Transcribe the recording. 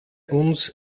uns